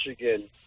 Michigan